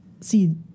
see